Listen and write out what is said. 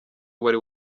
wari